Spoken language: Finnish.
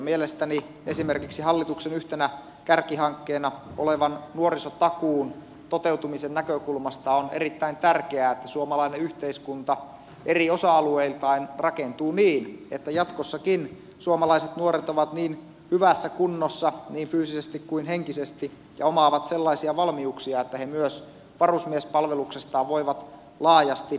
mielestäni esimerkiksi hallituksen yhtenä kärkihankkeena olevan nuorisotakuun toteutumisen näkökulmasta on erittäin tärkeää että suomalainen yhteiskunta eri osa alueiltaan rakentuu niin että jatkossakin suomalaiset nuoret ovat niin hyvässä kunnossa niin fyysisesti kuin henkisesti ja omaavat sellaisia valmiuksia että he myös varusmiespalveluksestaan voivat laajasti suoriutua